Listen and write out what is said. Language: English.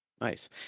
Nice